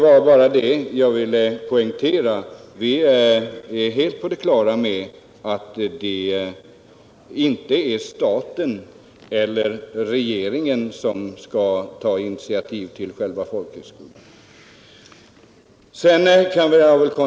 Vi är helt på det klara med att det inte är staten eller regeringen som skall starta själva folkhögskolan.